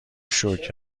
شکر